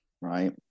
Right